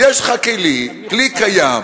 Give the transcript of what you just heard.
יש לך כלים, כלי קיים,